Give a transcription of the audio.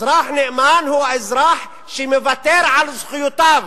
אזרח נאמן הוא אזרח שמוותר על זכויותיו.